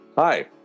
Hi